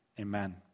Amen